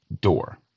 door